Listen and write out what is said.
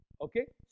Okay